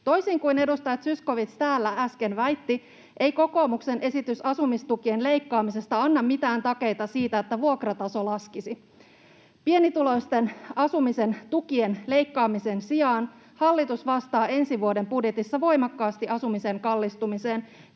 Toisin kuin edustajat Zyskowicz täällä äsken väitti, ei kokoomuksen esitys asumistukien leikkaamisesta anna mitään takeita siitä, että vuokrataso laskisi. Pienituloisten asumisen tukien leikkaamisen sijaan hallitus vastaa ensi vuoden budjetissa voimakkaasti asumisen kallistumiseen.